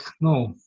no